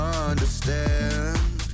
understand